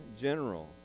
general